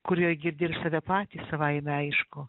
kurioje girdi ir save patį savaime aišku